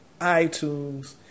iTunes